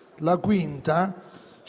5a Commissione